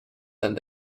and